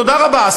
תודה רבה.